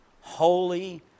holy